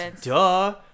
duh